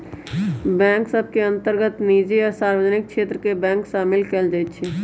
bank सभ के अंतर्गत निजी आ सार्वजनिक क्षेत्र के बैंक सामिल कयल जाइ छइ